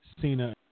Cena